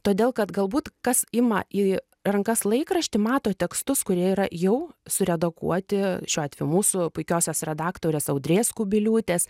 todėl kad galbūt kas ima į rankas laikraštį mato tekstus kurie yra jau suredaguoti šiuo atveju mūsų puikiosios redaktorės audrės kubiliūtės